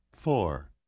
Four